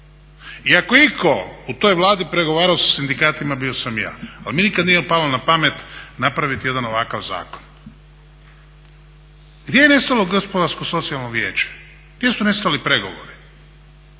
I ako je itko u toj Vladi pregovarao sa sindikatima bio sam ja. Ali mi nikad nije palo na pamet napraviti jedan ovakav zakon. Gdje je nestalo Gospodarsko-socijalno vijeće, gdje su nestali pregovori?